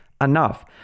enough